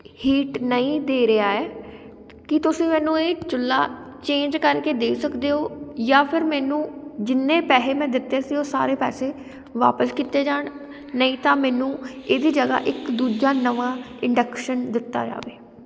heat ਨਹੀਂ ਦੇ ਰਿਹਾ ਹੈ ਕੀ ਤੁਸੀਂ ਮੈਨੂੰ ਇਹ ਚੁੱਲ੍ਹਾ ਚੇਂਜ ਕਰਕੇ ਦੇ ਸਕਦੇ ਹੋ ਜਾਂ ਫਿਰ ਮੈਨੂੰ ਜਿੰਨੇ ਪੈਸੇ ਮੈਂ ਦਿੱਤੇ ਸੀ ਉਹ ਸਾਰੇ ਪੈਸੇ ਵਾਪਸ ਕੀਤੇ ਜਾਣ ਨਹੀਂ ਤਾਂ ਮੈਨੂੰ ਇਹਦੀ ਜਗ੍ਹਾ ਇੱਕ ਦੂਜਾ ਨਵਾਂ ਇੰਡਕਸ਼ਨ ਦਿੱਤਾ ਜਾਵੇ